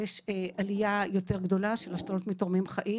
יש עלייה יותר גדולה של השתלות מתורמים חיים.